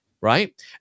right